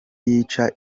yica